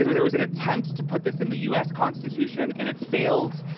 there there was an attempt to put this in the u s. constitution and it failed.